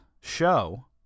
Show